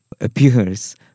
appears